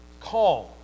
calm